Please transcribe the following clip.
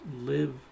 live